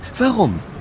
Warum